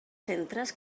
centres